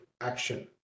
action